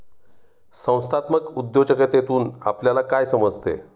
संस्थात्मक उद्योजकतेतून आपल्याला काय समजते?